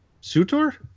Sutor